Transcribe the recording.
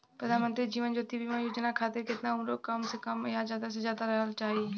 प्रधानमंत्री जीवन ज्योती बीमा योजना खातिर केतना उम्र कम से कम आ ज्यादा से ज्यादा रहल चाहि?